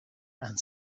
and